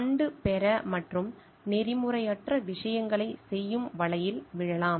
தண்டு பெற மற்றும் நெறிமுறையற்ற விஷயங்களைச் செய்யும் வலையில் விழலாம்